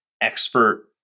expert